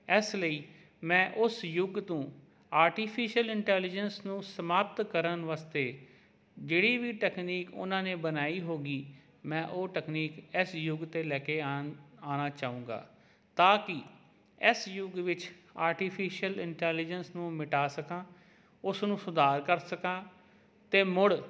ਇਸ ਲਈ ਮੈਂ ਉਸ ਯੁੱਗ ਤੋਂ ਆਰਟੀਫਿਸ਼ਅਲ ਇੰਟੈਲੀਜੈਂਸ ਨੂੰ ਸਮਾਪਤ ਕਰਨ ਵਾਸਤੇ ਜਿਹੜੀ ਵੀ ਟੈਕਨੀਕ ਉਹਨਾਂ ਨੇ ਬਣਾਈ ਹੋਵੇਗੀ ਮੈਂ ਉਹ ਟੈਕਨੀਕ ਇਸ ਯੁੱਗ ਤੋਂ ਲੈ ਕੇ ਆਣ ਆਉਣਾ ਚਾਹਵਾਂਗਾ ਤਾਂ ਕਿ ਇਸ ਯੁੱਗ ਵਿੱਚ ਆਰਟੀਫਿਸ਼ਅਲ ਇੰਟੈਲੀਜੈਂਸ ਨੂੰ ਮਿਟਾ ਸਕਾਂ ਉਸ ਨੂੰ ਸੁਧਾਰ ਕਰ ਸਕਾਂ ਅਤੇ ਮੁੜ